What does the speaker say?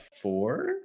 four